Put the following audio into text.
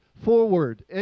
forward